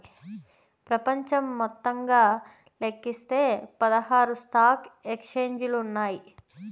ప్రపంచంలో మొత్తంగా లెక్కిస్తే పదహారు స్టాక్ ఎక్స్చేంజిలు ఉన్నాయి